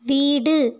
வீடு